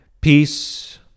Peace